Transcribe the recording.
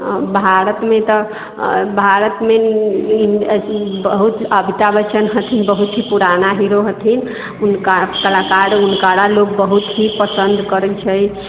भारतमे तऽ भारतमे बहुत अमिताभ बच्चन हथिन बहुत ही पुराना हीरो हथिन हुनका कलाकार हुनकरा लोक बहुत ही पसन्द करै छै